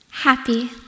happy